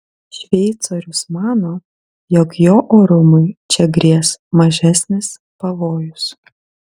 šveicorius mano jog jo orumui čia grės mažesnis pavojus